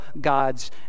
God's